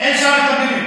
אין שם מתרגמים?